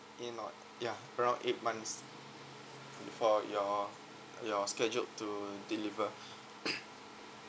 in or ya around eight months before you're you're scheduled to deliver